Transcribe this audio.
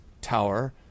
tower